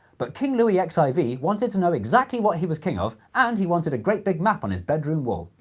but king louis x i v wanted to know exactly what he was king of and he wanted a great big map on his bedroom wall.